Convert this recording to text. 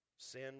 Sin